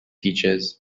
teachers